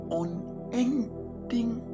unending